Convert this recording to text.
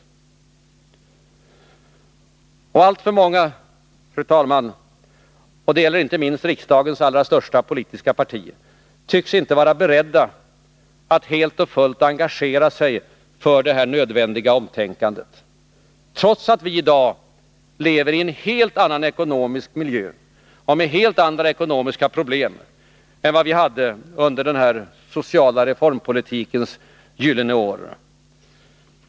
Fru talman! Alltför många — och det gäller inte minst riksdagens allra största politiska parti — tycks inte vara beredda att helt och fullt engagera sig för detta nödvändiga omtänkande, trots att vi i dag lever i en helt annan ekonomisk miljö och med helt andra ekonomiska problem än vad vi hade under den sociala reformpolitikens gyllene år.